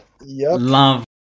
love